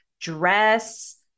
dress